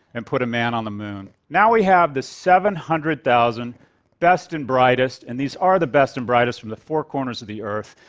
and put a man on the moon. now we have the seven hundred thousand best and brightest, and these are the best and brightest from the four corners of the earth.